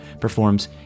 performs